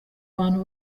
bantu